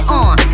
on